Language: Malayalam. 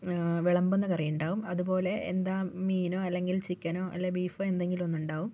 വിളമ്പുന്ന കറിയുണ്ടാകും അതുപ്പോലെ എന്താ മീനോ അല്ലെങ്കിൽ ചിക്കനോ അല്ലെങ്കിൽ ബീഫോ എന്തെങ്കിലുമൊന്നുണ്ടാകും